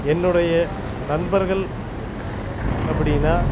என்னுடைய நண்பர்கள் அப்படினா